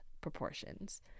proportions